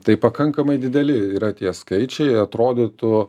tai pakankamai dideli yra tie skaičiai atrodytų